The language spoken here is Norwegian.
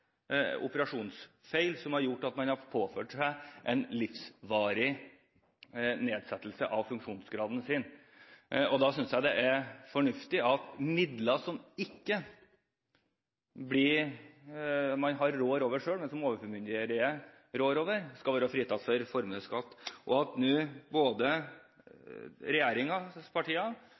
operasjonsfeil, som har gjort at man er påført en livsvarig nedsettelse av funksjonsgraden. Da synes jeg det er fornuftig at midler som man ikke råder over selv, men som Overformynderiet råder over, skal være fritatt for formuesskatt. At regjeringspartiene nå er enige med Fremskrittspartiet og den øvrige opposisjonen om at